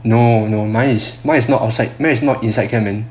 no no mine is mine is not outside mine is not inside camp already